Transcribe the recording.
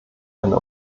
eine